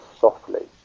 softly